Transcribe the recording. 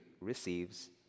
receives